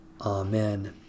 Amen